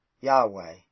Yahweh